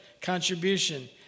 contribution